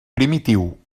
primitiu